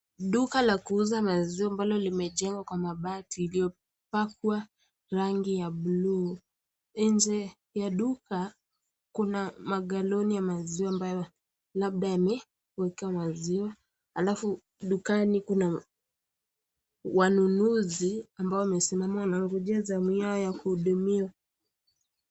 Duka la kuuza maziwa ambalo limejengwa kwa mabati iliyopakwa rangi ya bluu, nje ya duka kuna magaloni ya maziwa ambayo labda yameekwa maziwa halafu dukani kuna wanunuzi ambao wamesimama wanangojea zamu yao ya kuhudumiwa.